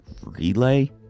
relay